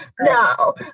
No